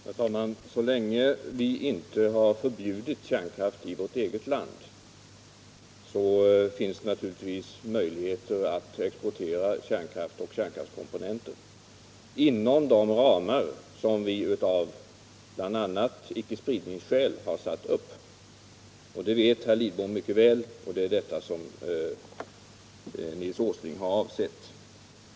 Herr talman! Så länge vi inte har förbjudit kärnkraft i vårt eget land, finns det naturligtvis möjligheter att exportera kärnkraft och kärnkraftskomponenter inom de ramar som vi av bl.a. icke-spridningsskäl har satt upp. Det vet herr Lidbom mycket väl, och det är detta som Nils Åsling har avsett.